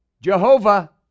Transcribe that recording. Jehovah